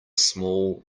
small